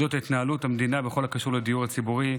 התנהלות המדינה בכל הקשור לדיור הציבורי.